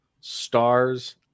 Stars